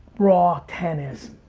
raw ten is.